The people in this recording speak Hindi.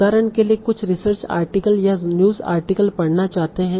उदाहरण के लिए आप कुछ रिसर्च आर्टिकल या न्यूज़ आर्टिकल पढ़ना चाहते हैं